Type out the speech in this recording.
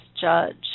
judge